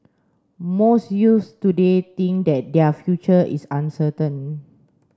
most youths today think that their future is uncertain